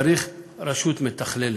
צריך רשות מתכללת,